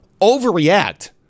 overreact